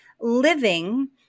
living